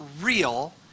real